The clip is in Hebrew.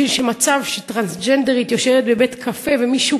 בשביל מצב שטרנסג'נדרית יושבת בבית-קפה ומישהו